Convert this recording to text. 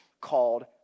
called